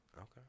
Okay